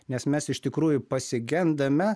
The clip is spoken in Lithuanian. nes mes iš tikrųjų pasigendame